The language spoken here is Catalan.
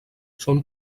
són